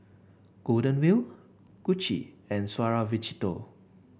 Golden Wheel Gucci and Suavecito